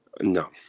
no